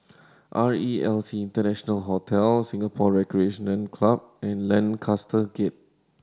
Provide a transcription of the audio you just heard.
R E L C International Hotel Singapore Recreation Club and Lancaster Gate